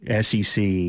SEC